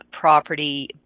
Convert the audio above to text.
property